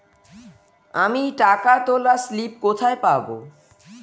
আমি টাকা তোলার স্লিপ কোথায় পাবো?